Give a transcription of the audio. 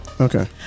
Okay